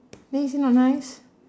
then you say not nice